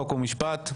חוק ומשפט?